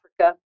Africa